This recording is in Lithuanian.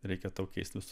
reikia tau keisti visa